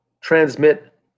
transmit